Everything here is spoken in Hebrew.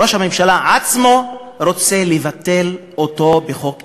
ראש הממשלה עצמו רוצה לבטל אותו בחוק אחר,